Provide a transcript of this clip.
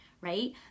right